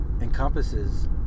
encompasses